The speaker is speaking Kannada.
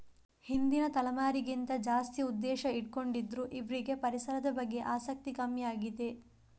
ಹಿಂದಿನ ತಲೆಮಾರಿಗಿಂತ ಜಾಸ್ತಿ ಉದ್ದೇಶ ಇಟ್ಕೊಂಡಿದ್ರು ಇವ್ರಿಗೆ ಪರಿಸರದ ಬಗ್ಗೆ ಆಸಕ್ತಿ ಕಮ್ಮಿ ಆಗಿದೆ